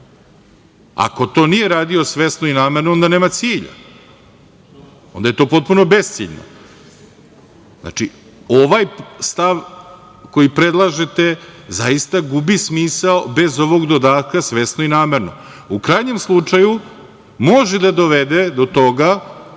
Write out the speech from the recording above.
Ako to nije radio svesno i namerno, onda nema cilj, onda je to potpuno besciljno. Znači, ovaj stav koji predlažete zaista gubi smisao bez ovog dodatka – svesno i namerno.U krajnjem slučaju, može da dovede do toga